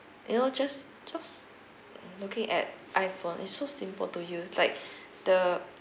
you know just just looking at iphone is so simple to use like the